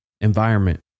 environment